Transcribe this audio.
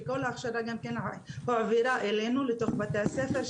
כל ההכשרה גם כן הועברה אלינו לתוך בתי הספר,